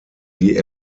die